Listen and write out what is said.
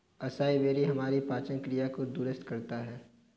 acai berry हमारी पाचन क्रिया को दुरुस्त करता है